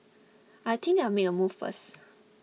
I think I make a move first